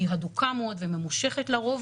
היא הדוקה מאוד וממושכת לרוב,